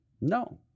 no